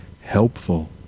helpful